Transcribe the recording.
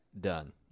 done